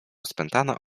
spętana